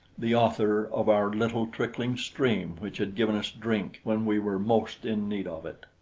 the author of our little, trickling stream which had given us drink when we were most in need of it.